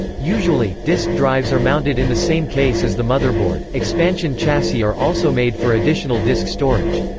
usually, disk drives are mounted in the same case as the motherboard expansion chassis are also made for additional disk storage.